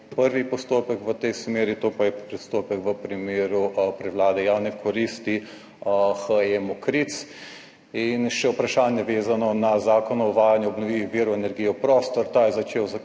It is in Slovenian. prvi postopek v tej smeri, to pa je postopek v primeru prevlade javne koristi HE Mokric. In še vprašanje vezano na Zakon o uvajanju obnovljivih virov energije v prostor.